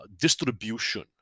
distribution